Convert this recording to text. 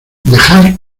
dejar